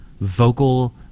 vocal